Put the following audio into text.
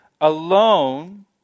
Alone